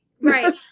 Right